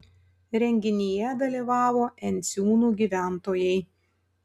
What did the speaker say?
renginyje dalyvavo enciūnų gyventojai